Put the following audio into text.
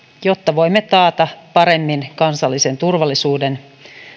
jotta voimme taata paremmin kansallisen turvallisuuden